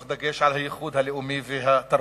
תוך דגש על הייחוד הלאומי והתרבותי.